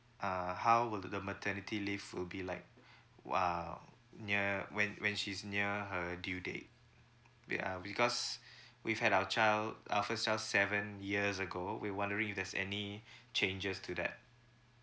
uh how would the maternity leave will be like uh near when when she's near her due date wait uh because we've had our child our first child seven years ago we wondering if there's any changes to that